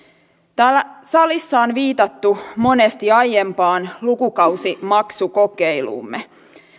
täällä salissa on viitattu monesti aiempaan lukukausimaksukokeiluumme